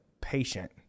patient